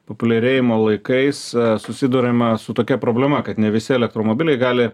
populiarėjimo laikais susiduriama su tokia problema kad ne visi elektromobiliai gali